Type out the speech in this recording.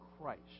Christ